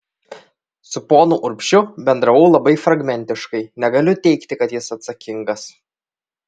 su ponu urbšiu bendravau labai fragmentiškai negaliu teigti kad jis atsakingas